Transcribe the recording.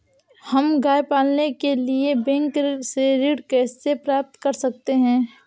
हम गाय पालने के लिए बैंक से ऋण कैसे प्राप्त कर सकते हैं?